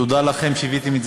ואחריו,